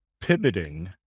pivoting